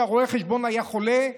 רואה החשבון היה חולה,